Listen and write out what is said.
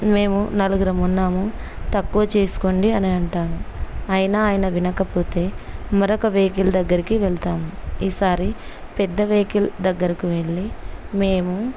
మేము నలుగురము ఉన్నాము తక్కువ చేసుకోండి అని అంటాము అయినా ఆయన వినకపోతే మరొక వెహికల్ దగ్గరికి వెళతాము ఈసారి పెద్ద వెహికల్ దగ్గరకు వెళ్ళి మేము